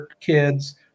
kids